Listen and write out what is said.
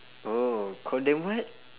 oh call them what